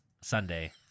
Sunday